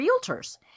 realtors